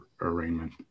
arraignment